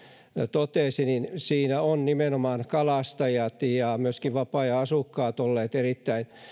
totesi siinä ovat nimenomaan kalastajat ja myöskin vapaa ajan asukkaat olleet erittäin